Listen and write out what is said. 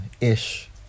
ish